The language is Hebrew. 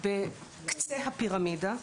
בקצה הפירמידה,